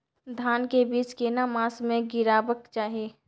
धान के बीज केना मास में गीरावक चाही?